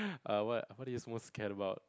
ah what what do you most scare about